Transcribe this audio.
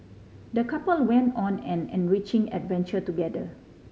the couple went on an enriching adventure together